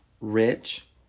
rich